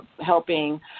helping